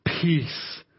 peace